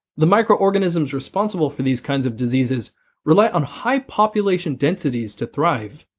the microorganisms responsible for these kind of diseases rely on high population densities to thrive.